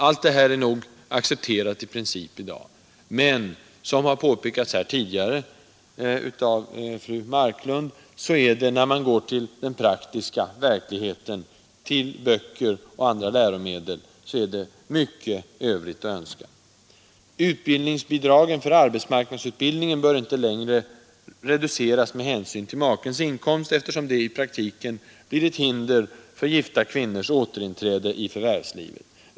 Allt detta är nog accepterat i princip i dag men — som har påpekats här tidigare av fru Marklund — den praktiska verkligheten, böcker och andra läromedel, lämnar mycket övrigt att önska. Utbildningsbidragen för arbetsmarknadsutbildningen bör inte längre reduceras med hänsyn till makes inkomst, eftersom detta i praktiken blir ett hinder för gifta kvinnors återinträde i förvärvslivet.